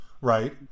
Right